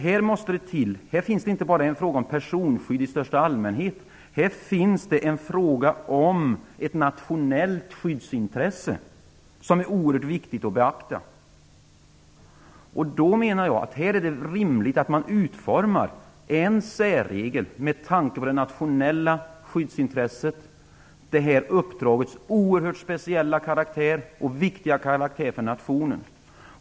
Här är det inte bara fråga om personskydd i största allmänhet, utan här är det fråga om ett nationellt skyddsintresse, som är oerhört viktigt att beakta. Då menar jag att det är rimligt att man utformar en särregel med tanke på det nationella skyddsintresset och det här uppdragets oerhört speciella och viktiga karaktär för nationen.